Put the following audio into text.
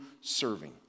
serving